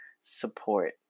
support